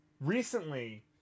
Recently